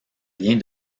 bien